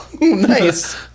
Nice